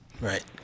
Right